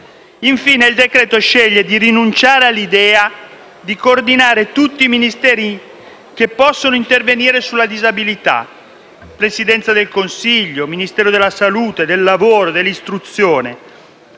Infine il decreto-legge sceglie di rinunciare all'idea di coordinare tutti i Ministeri che possono intervenire sulla disabilità - Presidenza del Consiglio, Ministero della salute, del lavoro, dell'istruzione